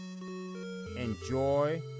Enjoy